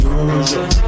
usual